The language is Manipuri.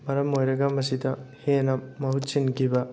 ꯃꯔꯝ ꯑꯣꯏꯔꯒ ꯃꯁꯤꯗ ꯍꯦꯟꯅ ꯃꯍꯨꯠ ꯁꯤꯟꯈꯤꯕ